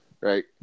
right